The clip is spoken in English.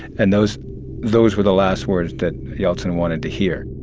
and those those were the last words that yeltsin wanted to hear